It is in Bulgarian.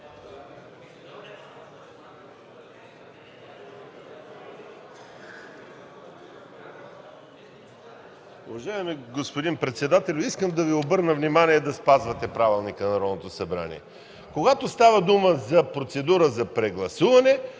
Уважаеми господин председателю, искам да Ви обърна внимание да спазвате Правилника на Народното събрание! Когато става дума за процедура за прегласуване,